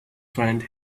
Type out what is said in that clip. friend